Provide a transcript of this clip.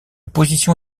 position